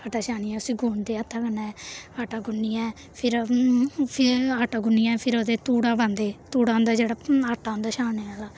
आटा छानियै उस्सी गु'नदे हत्था कन्नै आटा गु'न्नियै फिर फिर आटा गु'न्नियै फिर ओह्दे च धूड़ा पांदे धूड़ा होंदा जेह्ड़ा आटा होंदा छानने आह्ला